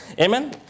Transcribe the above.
Amen